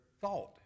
thought